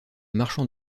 marchand